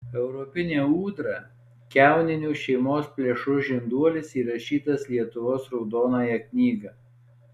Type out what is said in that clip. europinė ūdra kiauninių šeimos plėšrus žinduolis įrašytas į lietuvos raudonąją knygą